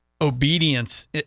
obedience